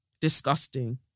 Disgusting